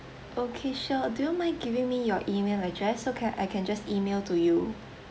okay sure do you mind giving me your email address so can I can just email to you